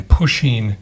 pushing